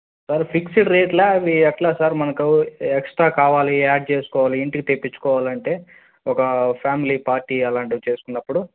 sir fixed రేట్లా అవి ఎలా సార్ మనకు ఎక్స్ట్రా కావాలి యాడ్ చేసుకోవాలి ఇంటికి తెప్పించుకోవాలంటే ఒక ఫ్యామిలీ పార్టీ అలాంటివి చేసుకున్నప్పుడు